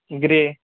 grey